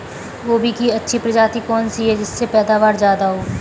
गोभी की अच्छी प्रजाति कौन सी है जिससे पैदावार ज्यादा हो?